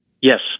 Yes